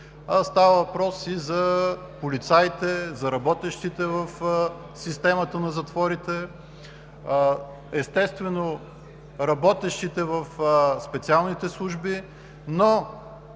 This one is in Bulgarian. става въпрос и за полицаите, за работещите в системата на затворите, работещите в специалните служби.